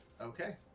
Okay